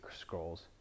Scrolls